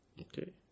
Okay